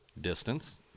distance